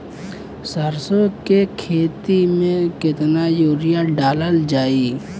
सरसों के खेती में केतना यूरिया डालल जाई?